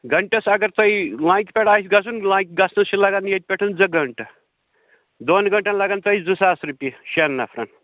گَنٛٹَس اگر تۄہہِ لانکہِ پٮ۪ٹھ آسہِ گژھُن لانکہِ گژھنَس چھِ لگان ییٚتہِ پٮ۪ٹھ زٕ گَنٹہٕ دۄن گَنٹَن لَگَن توہہِ زٕ ساس رۄپیہِ شٮ۪ن نفرَن